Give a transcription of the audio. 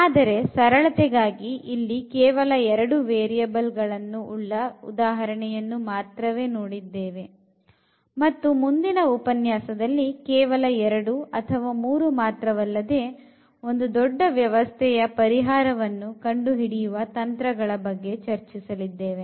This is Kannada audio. ಆದರೆ ಸರಳತೆ ಗಾಗಿ ಇಲ್ಲಿ ಕೇವಲ ಎರಡು ವೇರಿಯಬಲ್ ಗಳನ್ನು ಉಳ್ಳ ಉದಾಹರಣೆಗಳನ್ನು ಮಾತ್ರವೇ ನೋಡಿದ್ದೇವೆ ಮತ್ತು ಮುಂದಿನ ಉಪನ್ಯಾಸದಲ್ಲಿ ಕೇವಲ ಎರಡು ಅಥವಾ ಮೂರು ಮಾತ್ರವಲ್ಲ ಒಂದು ದೊಡ್ಡ ವ್ಯವಸ್ಥೆಯ ಪರಿಹಾರವನ್ನು ಕಂಡುಹಿಡಿಯುವ ತಂತ್ರಗಳ ಬಗ್ಗೆ ಚರ್ಚಿಸಲಿದ್ದೇವೆ